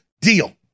deal